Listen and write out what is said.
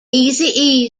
eazy